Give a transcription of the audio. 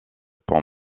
pont